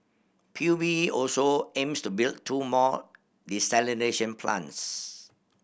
P U B also aims to build two more desalination plants